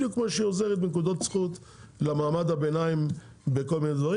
בדיוק כמו שהיא עוזרת בנקודות זכות למעמד הביניים בכל מיני דברים.